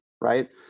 right